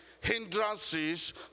hindrances